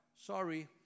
Sorry